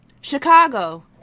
Chicago